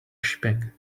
shipping